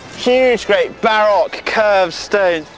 huge great baroque curved stones,